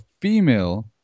female